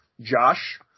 Josh